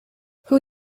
who